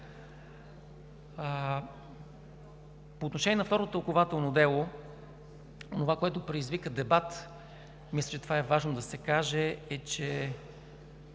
По отношение на второто тълкувателно дело. Онова, което предизвика дебат, мисля, че това е важно да се каже,